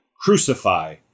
Crucify